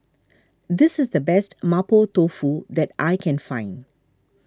this is the best Mapo Tofu that I can find